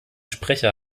sprecher